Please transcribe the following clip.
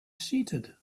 seated